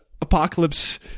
apocalypse